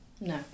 No